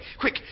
quick